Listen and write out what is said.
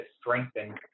strengthen